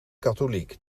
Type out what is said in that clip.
katholiek